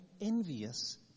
envious